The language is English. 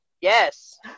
Yes